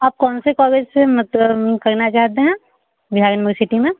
आप कौन से कॉलेज से मतलब करना चाहते हैं बिहार यूनिवर्सिटी में